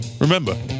Remember